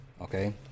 okay